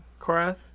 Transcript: Korath